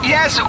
Yes